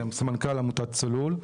סמנכ"ל עמותת צלול.